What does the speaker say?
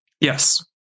Yes